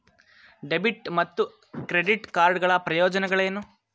Debit ಮತ್ತು credit card ಗಳ ಪ್ರಯೋಜನಗಳೇನು?